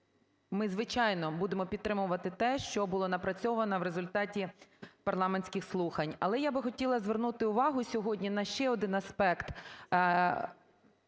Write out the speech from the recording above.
ми, звичайно, будемо підтримувати те, що було напрацьовано в результаті парламентських слухань. Але я би хотіла звернути увагу сьогодні на ще один аспект